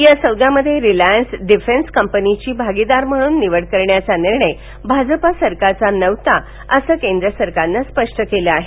या सौद्यामध्ये Reliance Defence कंपनीची भागीदार म्हणून निवड करण्याचा निर्णय भाजप सरकारचा नव्हता असंही केंद्र सरकारनं स्पष्ट केलं आहे